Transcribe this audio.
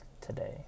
today